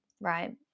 right